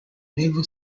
naval